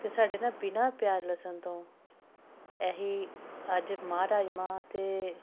ਅਤੇ ਸਾਡੇ ਨਾ ਬਿਨਾਂ ਪਿਆਜ ਲਸਣ ਤੋਂ ਇਹੀ ਅੱਜ ਮਾਂਹ ਰਾਜਮਾਂਹ ਅਤੇ